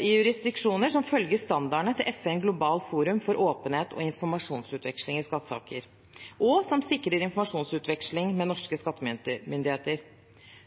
i jurisdiksjoner som følger standardene til FN og globalt forum for åpenhet og informasjonsutveksling i skattesaker, og som sikrer informasjonsutveksling med norske skattemyndigheter.